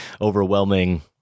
overwhelming